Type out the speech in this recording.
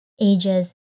ages